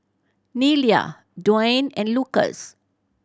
Nelia Dwaine and Lucas